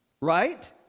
Right